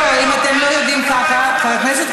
אם אתם לא יודעים ככה, איפה הם?